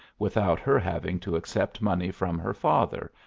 without her having to accept money from her father,